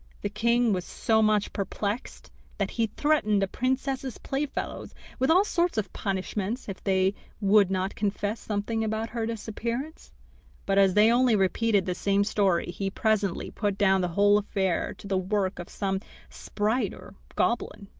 the king was so much perplexed that he threatened the princess's playfellows with all sorts of punishments if they would not confess something about her disappearance but as they only repeated the same story he presently put down the whole affair to the work of some sprite or goblin,